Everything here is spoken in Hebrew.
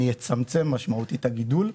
אני אצמצם משמעותית את הגידול,